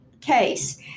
case